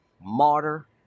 martyr